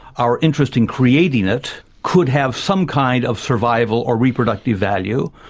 our interest in creating it, could have some kind of survival or reproductive value,